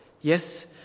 Yes